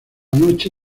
noche